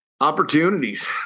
opportunities